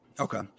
Okay